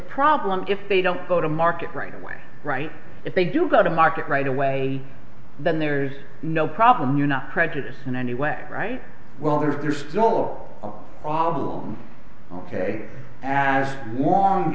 problem if they don't go to market right away right if they do go to market right away then there's no problem you're not prejudiced in any way right well there's small problems ok as long